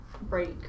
break